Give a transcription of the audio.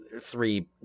three